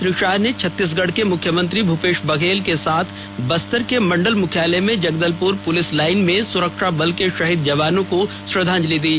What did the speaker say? श्री शाह ने छत्तीसगढ के मुख्यमंत्री भूपेश बघेल के साथ बस्तर के मंडल मुख्यालय में जगदलपुर पुलिस लाइन में सुरक्षा बल के शहीद जवानों को श्रद्धांजलि दी